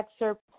excerpt